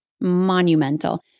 monumental